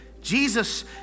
Jesus